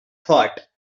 thought